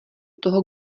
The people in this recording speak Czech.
toho